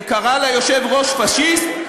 וקרא ליושב-ראש "פאשיסט",